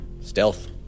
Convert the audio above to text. Stealth